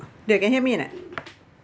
the can hear me or not